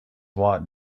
watt